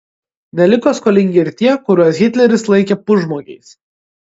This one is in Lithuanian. neliko skolingi ir tie kuriuos hitleris laikė pusžmogiais